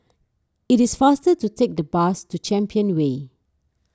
it is faster to take the bus to Champion Way